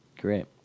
Great